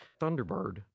Thunderbird